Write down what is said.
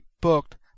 booked